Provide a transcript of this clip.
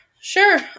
sure